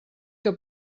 que